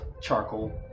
Charcoal